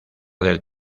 del